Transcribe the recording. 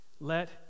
let